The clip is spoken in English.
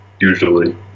usually